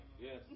Yes